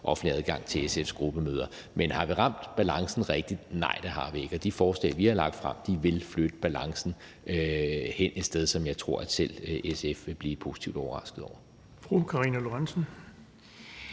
offentlig adgang til SF's gruppemøder. Men har vi ramt balancen rigtigt? Nej, det har vi ikke. Og de forslag, vi har lagt frem, vil flytte balancen hen et sted, som jeg tror at selv SF vil blive positivt overrasket over.